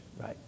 right